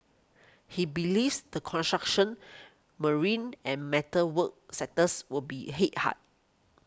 he believes the construction marine and metal work sectors will be hit hard